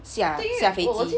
下下飞机